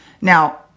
Now